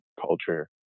culture